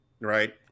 right